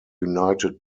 united